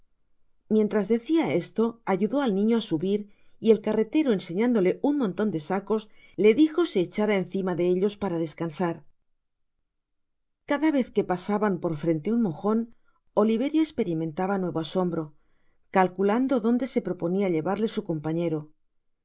mientras decia esto ayudó al niño á subir y el carretero enseñandole un monton de sacos le dijo se hechara encima de ellos para descansar cada vez que pasaban por frente un mojon oliverio esperimentaba nuevo asombro calculaudo donde se proponia llevarle su compañero